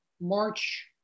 March